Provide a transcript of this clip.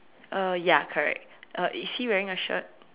uh ya correct uh is he wearing a shirt